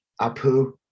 Apu